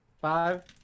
Five